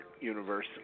universe